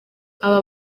aba